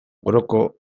oroko